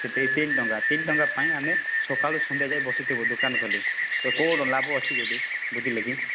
ସେତିକି ତିନି ଟଙ୍କା ତିନି ଟଙ୍କା ପାଇଁ ଆମେ ସକାଳୁ ସନ୍ଧ୍ୟା ଯାଏ ବସିଥିବୁ ଦୋକାନ ଖୋଲି ତ କ'ଣ ଲାଭ ଅଛି କି ଏଇଠି ବୁଝିଲେ କି